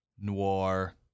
noir